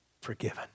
forgiven